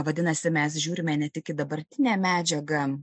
vadinasi mes žiūrime ne tik į dabartinę medžiagą